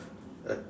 a